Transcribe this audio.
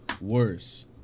worse